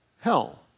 hell